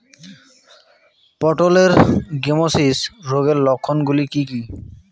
পটলের গ্যামোসিস রোগের লক্ষণগুলি কী কী?